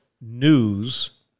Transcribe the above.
news